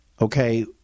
okay